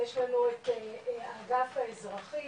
יש לנו את האגף האזרחי